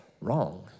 wrong